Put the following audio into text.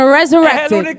resurrected